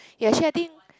ya actually I think